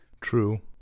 True